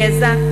גזע,